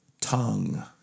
tongue